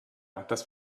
das